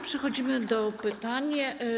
Przechodzimy do pytań.